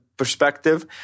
Perspective